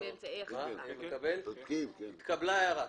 התקבלה ההערה.